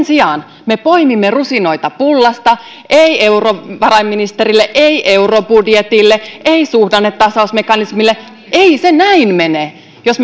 sijaan me poimimme rusinoita pullasta ei eurovarainministerille ei eurobudjetille ei suhdannetasausmekanismille ei se näin mene jos